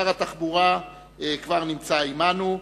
שר התחבורה כבר נמצא עמנו.